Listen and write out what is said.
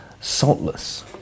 saltless